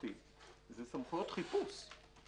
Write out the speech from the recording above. זה סמכויות חיפוש.